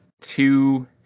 two